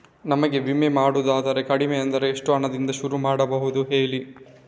ನಮಗೆ ವಿಮೆ ಮಾಡೋದಾದ್ರೆ ಕಡಿಮೆ ಅಂದ್ರೆ ಎಷ್ಟು ಹಣದಿಂದ ಶುರು ಮಾಡಬಹುದು ಹೇಳಿ